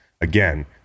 Again